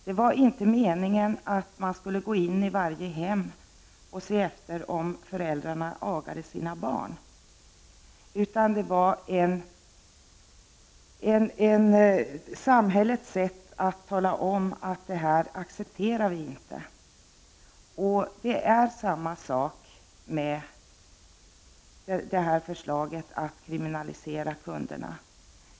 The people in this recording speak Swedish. Det var inte meningen att man skulle gå in i varje hem och se efter om föräldrarna agade sina barn, utan förbudet var samhällets sätt att markera att man inte accepterar aga. Det förhåller sig på samma sätt med förslaget att kriminalisera kunderna.